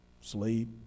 Sleep